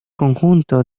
conjunto